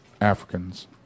Africans